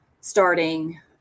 starting